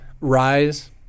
rise